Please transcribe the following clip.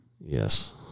Yes